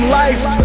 life